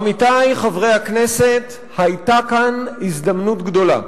עמיתי חברי הכנסת, היתה כאן הזדמנות גדולה,